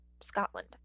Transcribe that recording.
Scotland